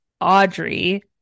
audrey